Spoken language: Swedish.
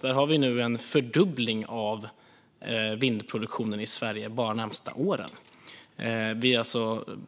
Där har vi nu en fördubbling av vindproduktionen av el i Sverige bara de närmsta åren. Vi